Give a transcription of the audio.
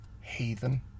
Heathen